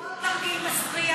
זה עוד תרגיל מסריח,